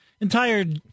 entire